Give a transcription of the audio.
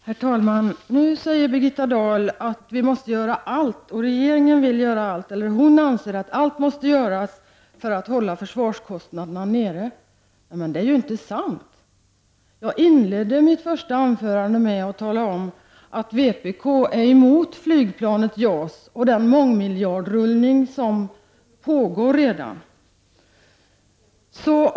Herr talman! Nu säger Birgitta Dahl att hon anser att allt måste göras, och regeringen vill göra allt, för att hålla försvarskostnaderna nere. Det är inte sant. Jag inledde mitt första anförande med att tala om att vpk är emot flygplanet JAS och den mångmiljardrullning som redan pågår.